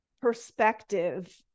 perspective